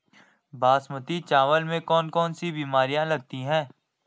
बासमती चावल में कौन कौन सी बीमारियां लगती हैं?